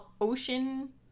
ocean